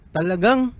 Talagang